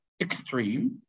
extreme